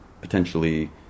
potentially